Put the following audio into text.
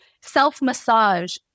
self-massage